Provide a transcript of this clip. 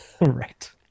right